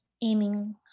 aiming